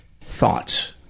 Thoughts